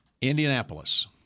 Indianapolis